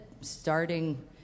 starting